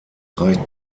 reicht